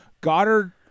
goddard